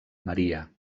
maria